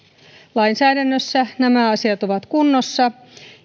lainsäädännössä nämä asiat ovat kunnossa